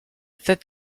that